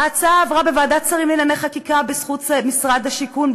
ההצעה עברה בוועדת שרים לענייני חקיקה בזכות משרד השיכון,